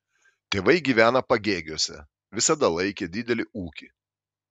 tėvai gyvena pagėgiuose visada laikė didelį ūkį